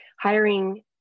hiring